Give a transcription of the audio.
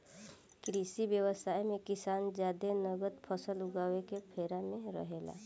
कृषि व्यवसाय मे किसान जादे नगद फसल उगावे के फेरा में रहेला